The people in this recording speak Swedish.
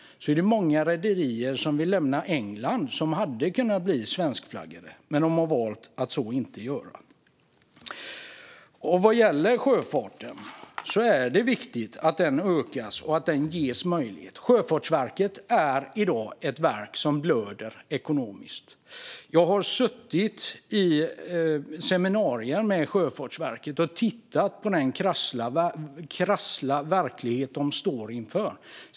Det är många rederier som vill lämna England och som hade kunnat bli svenskflaggade, men de har valt att inte göra så. Det är viktigt att sjöfarten ökar och ges möjligheter. Sjöfartsverket är i dag ett verk som blöder ekonomiskt. Jag har suttit på seminarier med Sjöfartsverket och tittat på den krassa verklighet de står inför.